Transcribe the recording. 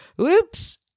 oops